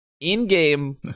In-game